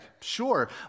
sure